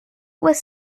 was